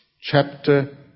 Chapter